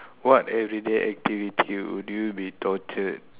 what everyday activity would you be tortured